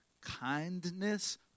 kindness